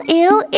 ill